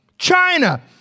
China